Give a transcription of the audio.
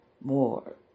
more